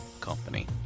company